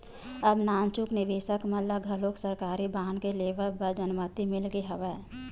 अब नानचुक निवेसक मन ल घलोक सरकारी बांड के लेवब बर अनुमति मिल गे हवय